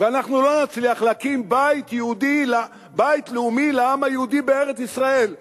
ואנחנו לא נצליח להקים בית לאומי לעם היהודי בארץ-ישראל.